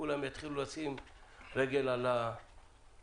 כולם יתחילו לשים רגל על הברקס,